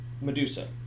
Medusa